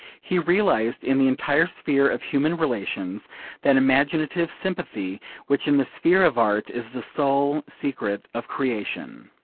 he realised in the entire sphere of human relations that imaginative sympathy which in the sphere of art is the sole secret of creation.